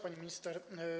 Pani Minister!